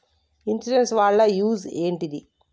Insurance వాళ్ల use ఏంటిది?